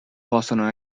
possano